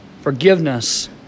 Forgiveness